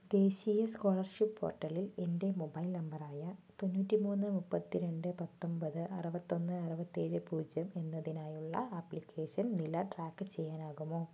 ദേശീയ സ്കോളർഷിപ്പ് പോർട്ടലിൽ എൻ്റെ മൊബൈൽ നമ്പറായ തൊണ്ണൂറ്റിമൂന്ന് മുപ്പത്തിരണ്ട് പത്തൊമ്പത് അറുപത്തൊന്നു അറുപത്തേഴ് പൂജ്യം എന്നതിനായുള്ള ആപ്ലിക്കേഷൻ നില ട്രാക്ക് ചെയ്യാനാകുമോ